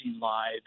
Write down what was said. live